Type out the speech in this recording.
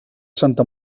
santa